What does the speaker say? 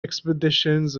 expeditions